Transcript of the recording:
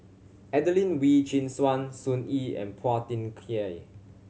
Adelene Wee Chin Suan Sun Yee and Phua Thin Kiay